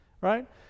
right